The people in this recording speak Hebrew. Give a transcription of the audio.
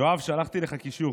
יואב, שלחתי לך קישור.